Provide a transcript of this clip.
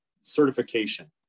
Certification